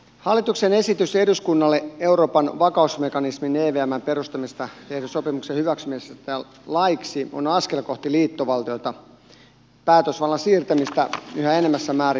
hallituksen esitys eduskunnalle euroopan vakausmekanismin evmn perustamisesta tehdyn sopimuksen hyväksymisestä laiksi on askel kohti liittovaltiota päätösvallan siirtämistä yhä enemmässä määrin brysseliin